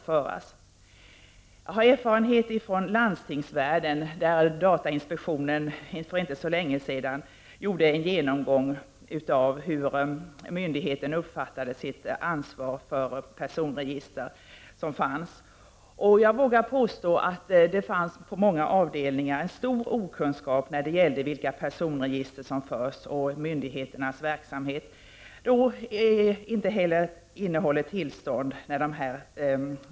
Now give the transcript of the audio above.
Jag har erfarenheter från landstingsvärlden, där datainspektionen för inte så länge sedan gjorde en genomgång av hur myndigheten uppfattade sitt ansvar för de personregister som finns. Jag vågar påstå att det på många avdelningar fanns en stor okunskap när det gällde vilka personregister som förs och i fråga om när dessa register är nödvändiga för myndighetens verksamhet.